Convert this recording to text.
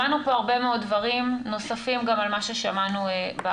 שמענו פה הרבה מאוד דברים נוספים גם על מה ששמענו בעבר